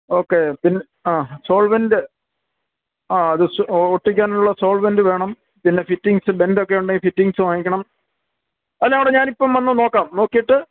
okay പി ആ solvent ആ ജസ്റ്റ് അത് ഒട്ടിക്കാനുള്ള സോൾവെൻറ്റ് വേണം പിന്നെ ഫിറ്റിംഗ്സ് ബെൻറ്റൊക്കെ ഉണ്ടെങ്കിൽ ഫിറ്റിംഗ്സ് വാങ്ങിക്കണം എല്ലാം കൂടെ ഞാനിപ്പോൾ വന്ന് നോക്കാം നോക്കീട്ട്